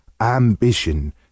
ambition